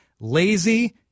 Lazy